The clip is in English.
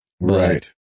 Right